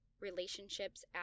relationships